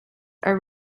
are